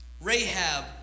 Rahab